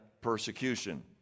persecution